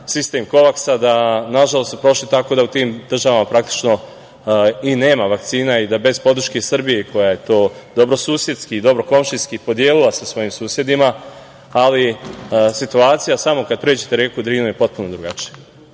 sistemu Kovaksa, prošli su tako da u tim državama praktično i nema vakcina i bez podrške Srbije, koja je to dobrosusedski i dobrokomšijski podelila sa svojim susedima… Situacija kada pređete reku Drinu je potpuno drugačija. Veliki